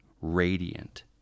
Radiant